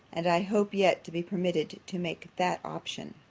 and i hope yet to be permitted to make that option.